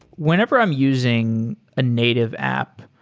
whenever i'm using a native app,